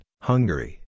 Hungary